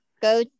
go